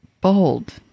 Bold